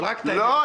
לא.